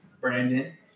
Brandon